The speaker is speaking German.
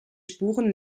spuren